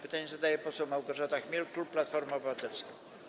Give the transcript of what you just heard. Pytanie zadaje poseł Małgorzata Chmiel, klub Platforma Obywatelska.